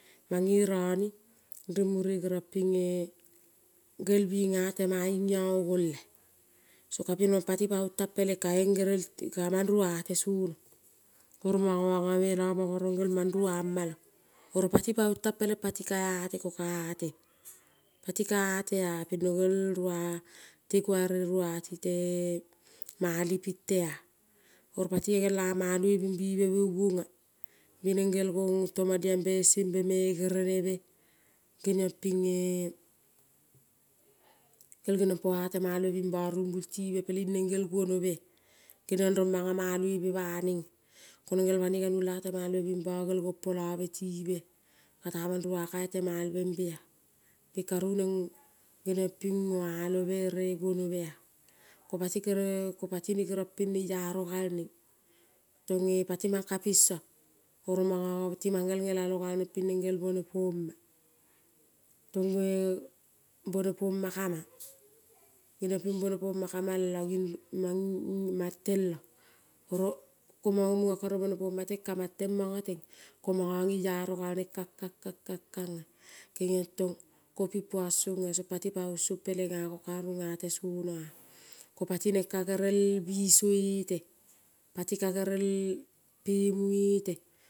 Mange rone ning mure geniong pinge gel bingea tema ingea golea, soka piel mong patipaong tang peleng kaiong gerel ti kamang rua tesono. Oro mongo mongomelo mongo rong gerel rong mang rueama lo, oro pati paong tang peleng pati ke eate kaeate, pati kaeatea ping no gel rua tekua rerueati te malipitea, oro pati gelea maloi bimbibe beongea bing neng gel gong tomoluombe sembe gerenebe. Geniong pinge gel geniong poea temalve bing bo pitibe koing neng gel guonobea, geniong rong mang maloi be benengea. Koneng gel banoi garuol ea temalve bing bo gompolobe tibea, kate mangrula tenalbemba bing karu neng ngeniong ping neoalove ere guonoi bea. Kopati kere kopati ne neiaro gal neng, tonge pati mang ka biso, oro mongo timangerel ngelalo gal neng ping neng gel bone poma, tonge bone poma ka mang, geniong ping bone poma kamang longing mang nging tenglo. Oro mango mungo kere bone poma teng kamang mongo teng, ko mongo ngeiaro galneng kang kang, kangea kenging tong ka pipuong songea pati paong song pelengea kate runga tesonea kopati neng ka gerel biso ete, pati ka gel pemu ete.